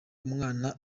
umwana